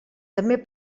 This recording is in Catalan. també